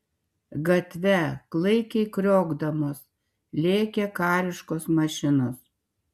gatve klaikiai kriokdamos lėkė kariškos mašinos